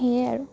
সেয়ে আৰু